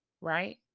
Right